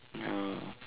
ya